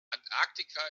antarktika